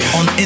on